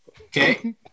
Okay